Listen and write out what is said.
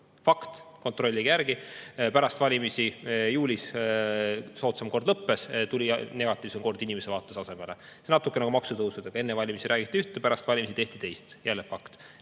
fakt, kontrollige järele – ja pärast valimisi, juulis, soodsam kord lõppes, tuli negatiivsem kord inimese vaates asemele. See on natukene samamoodi nagu maksutõusudega: enne valimisi räägiti ühte, pärast valimisi tehti teist. Jälle fakt.